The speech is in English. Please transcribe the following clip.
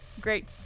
great